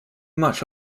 much